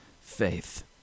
faith